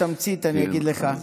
אז בתמצית אני אגיד לך.